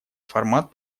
формат